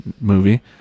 movie